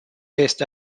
based